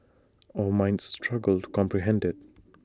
our minds struggle to comprehend IT